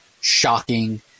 shocking